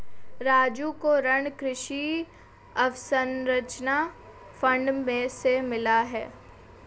राजू को ऋण कृषि अवसंरचना फंड से मिला है